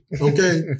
Okay